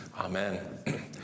Amen